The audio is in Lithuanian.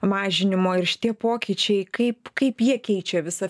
mažinimo ir šitie pokyčiai kaip kaip jie keičia visa